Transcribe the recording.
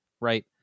right